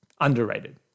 underrated